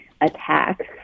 attacks